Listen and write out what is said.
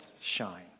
shine